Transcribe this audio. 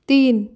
तीन